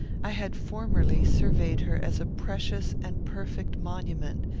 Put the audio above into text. i had formerly surveyed her as a precious and perfect monument,